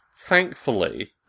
thankfully